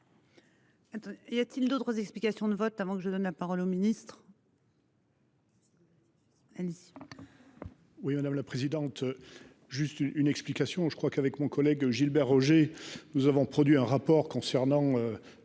Y a-t-il d'autres explications de vote avant que je donne la parole au ministre.